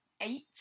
eight